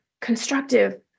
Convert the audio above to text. constructive